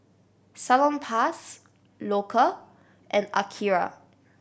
Salonpas Loacker and Akira